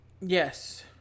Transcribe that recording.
Yes